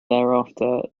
thereafter